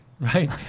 right